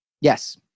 Yes